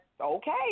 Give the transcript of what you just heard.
okay